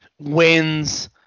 wins –